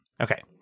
Okay